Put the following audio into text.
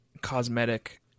cosmetic